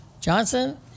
Johnson